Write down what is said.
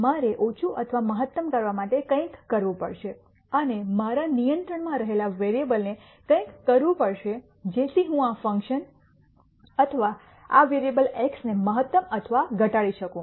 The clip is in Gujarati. મારે ઓછું અથવા મહત્તમ કરવા માટે કંઈક કરવું પડશે અને મારા નિયંત્રણમાં રહેલા વેરીઅબલને કંઇક કરવું પડશે જેથી હું આ ફંકશન અથવા આ વેરીઅબલ x ને મહત્તમ અથવા ઘટાડી શકું